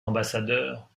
ambassadeurs